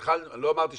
לא אמרתי שהבנו,